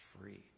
free